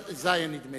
כי לשם כך באתי הנה,